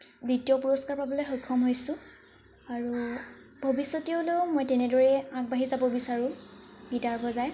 দ্বিতীয় পুৰষ্কাৰ পাবলৈ সক্ষম হৈছো আৰু ভৱিষ্যতলৈও মই তেনেদৰে আগবাঢ়ি যাব বিচাৰো গীটাৰ বজাই